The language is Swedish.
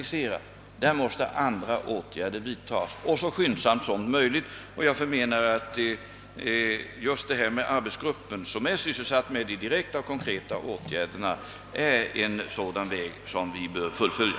I sådana fall måste andra åtgärder vidtagas så skyndsamt som möjligt. Anordningen med en arbetsgrupp, som är sysselsatt med de konkreta åtgärderna, visar just den väg som vi bör följa.